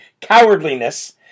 Cowardliness